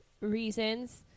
reasons